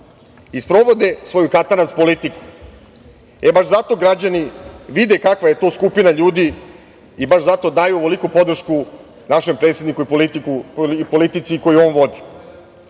i sprovode svoju katanac politiku. E, baš zato građani vide kakva je to skupina ljudi i baš zato daju ovoliku podršku našem predsedniku i politici koju on vodi. Dok